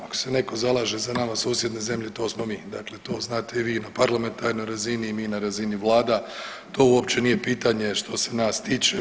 Ako se netko zalaže za nama susjedne zemlje to smo mi, dakle to znate i vi na parlamentarnoj razini i mi na razini vlada, to uopće nije pitanje što se nas tiče.